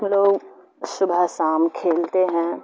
ہم لوگ صبح شام کھیلتے ہیں